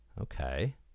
Okay